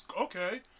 Okay